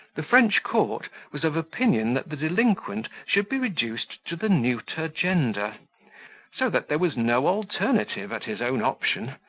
the french court was of opinion that the delinquent should be reduced to the neuter gender so that there was no alternative at his own option,